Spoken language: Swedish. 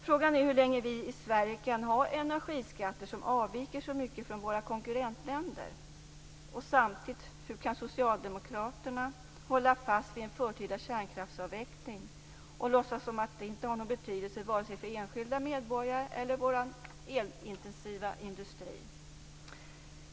Frågan är hur länge vi i Sverige kan ha energiskatter som avviker så mycket från våra konkurrentländers. Hur kan socialdemokraterna samtidigt hålla fast vid en förtida kärnkraftsavveckling och låtsas som om det inte har någon betydelse vare sig för enskilda medborgare eller för vår elintensiva industri?